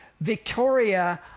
Victoria